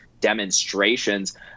demonstrations